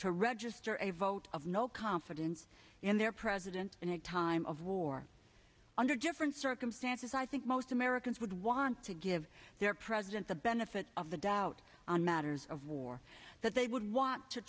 to register a vote of no confidence in their president in a time of war under different circumstances i think most americans would want to give their president the benefit of the doubt on matters of war that they would want to